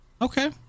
Okay